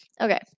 Okay